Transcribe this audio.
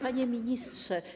Panie Ministrze!